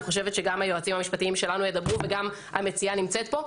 אני חושבת שגם היועצים המשפטיים שלנו ידברו וגם המציעה נמצאת כאן.